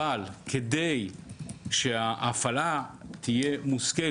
אבל כדי שההפעלה של האמצעים האלה תהיה מושכלת,